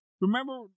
remember